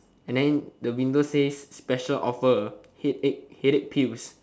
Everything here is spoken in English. and then the window says special offer headache headache pills